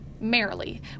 merrily